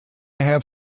have